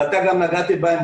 ואתה גם נגעת בהם,